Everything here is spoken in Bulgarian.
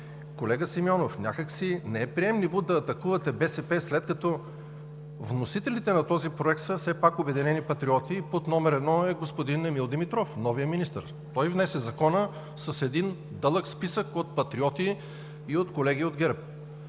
Колега Симеонов, някак си не е приемливо да атакувате БСП, след като вносителите на този законопроект все пак са „Обединени патриоти“ и под № 1 е господин Емил Димитров – новият министър. Той внесе Закона с един дълъг списък от патриоти и от колеги от ГЕРБ.